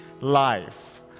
life